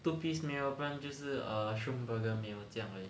two piece meal 不然就是 shroom burger meal 这样而已